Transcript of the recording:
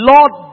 Lord